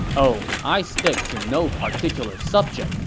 oh, i stick to no particular subject,